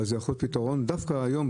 אבל זה יכול להיות פתרון דווקא היום,